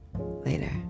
Later